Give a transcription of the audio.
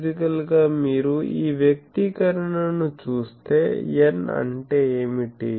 physical గా మీరు ఈ వ్యక్తీకరణను చూస్తే n అంటే ఏమిటి